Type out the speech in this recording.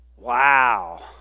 Wow